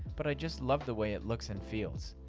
but i just love the way it looks and feels.